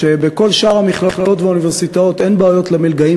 שבכל שאר המכללות והאוניברסיטאות אין בעיות למלגאים